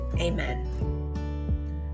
Amen